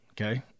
okay